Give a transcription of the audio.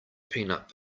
peanut